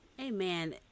Amen